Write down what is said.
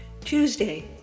Tuesday